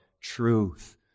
truth